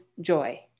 joy